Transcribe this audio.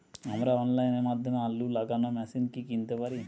আমরা অনলাইনের মাধ্যমে আলু লাগানো মেশিন কি কিনতে পারি?